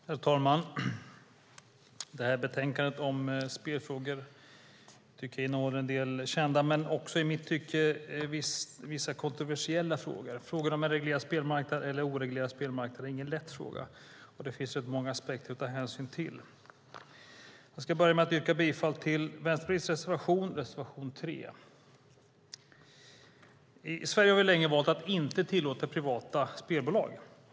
Herr talman! Det här betänkandet om spelfrågor innehåller en del kända men i mitt tycke vissa kontroversiella frågor. Frågan om en reglerad eller oreglerad spelmarknad är ingen lätt fråga, och det finns många aspekter att ta hänsyn till. Jag börjar med att yrka bifall till Vänsterpartiets reservation, reservation 3. I Sverige har vi länge valt att inte tillåta privata spelbolag.